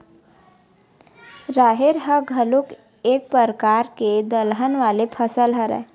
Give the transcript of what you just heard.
राहेर ह घलोक एक परकार के दलहन वाले फसल हरय